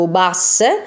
basse